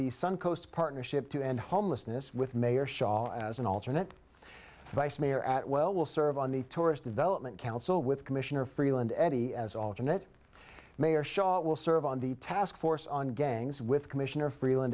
the suncoast partnership to end homelessness with mayor shaw as an alternate vice mayor at well will serve on the tourist development council with commissioner freeland eddie as alternate mayor shot will serve on the task force on gangs with commissioner freeland